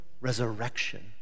resurrection